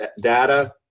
data